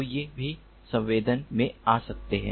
तो ये भी संवेदन में आ सकते हैं